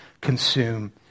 consume